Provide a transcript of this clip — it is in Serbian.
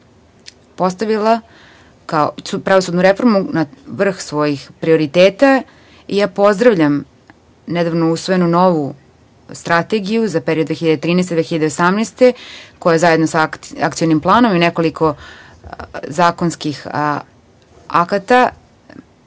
postavila, kao pravosudnu reformu, na vrh svojih prioriteta, pozdravljam nedavno usvojenu novu Strategiju za period 2013-2018. godine, koja zajedno sa Akcionim planom i nekoliko zakonskih akata,